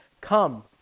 Come